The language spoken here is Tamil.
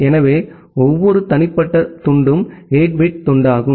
எனவே ஒவ்வொரு தனிப்பட்ட துண்டும் 8 பிட் துண்டாகும்